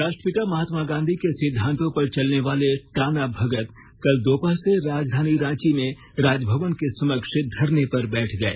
राष्ट्रपिता महात्मा गांधी के सिद्धांतों पर चलने वाले टाना भगत कल दोपहर से राजधानी रांची में राजभवन के समक्ष धरने पर बैठ गए